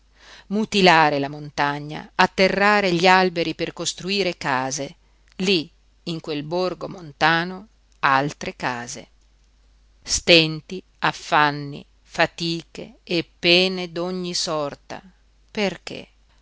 mutilare la montagna atterrare gli alberi per costruire case lí in quel borgo montano altre case stenti affanni fatiche e pene d'ogni sorta perché